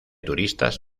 turistas